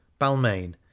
Balmain